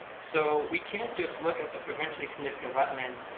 so we can't just look at the provincially significant wetlands,